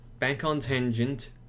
backontangent